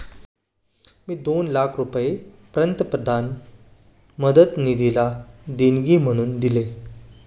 मी दोन लाख रुपये पंतप्रधान मदत निधीला देणगी म्हणून दिले